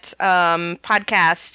podcast